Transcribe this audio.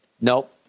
Nope